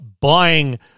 buying